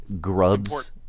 Grubs